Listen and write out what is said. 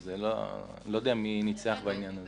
לכן אני לא יודע מי ניצח בעניין הזה.